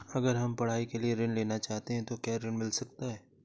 अगर हम पढ़ाई के लिए ऋण लेना चाहते हैं तो क्या ऋण मिल सकता है?